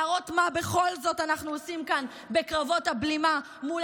להראות מה בכל זאת אנחנו עושים כאן בקרבות הבלימה מול